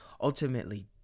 ultimately